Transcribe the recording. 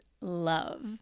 love